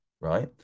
right